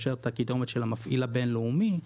של המפעיל הבין-לאומי,